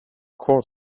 court